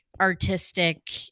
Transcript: artistic